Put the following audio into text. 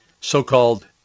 so-called